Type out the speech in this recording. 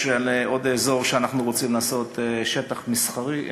יש עוד אזור שאנחנו רוצים לעשות בו שטח מסחרי,